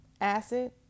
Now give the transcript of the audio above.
acid